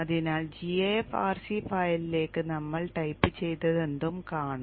അതിനാൽ gaf rc ഫയലിലേക്ക് നമ്മൾ ടൈപ്പ് ചെയ്തതെന്തും കാണും